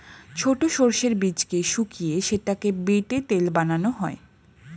ছোট সর্ষের বীজকে শুকিয়ে সেটাকে বেটে তেল বানানো হয়